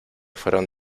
fueron